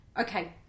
okay